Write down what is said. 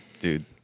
Dude